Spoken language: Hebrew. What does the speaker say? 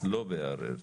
לא בהר הרצל.